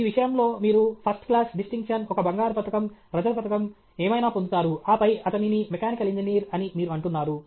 ఈ విషయం లో మీరు ఫస్ట్ క్లాస్ డిస్టింక్షన్ ఒక బంగారు పతకం రజత పతకం ఏమైనా పొందుతారు ఆపై అతనిని మెకానికల్ ఇంజనీర్ అని మీరు అంటున్నారు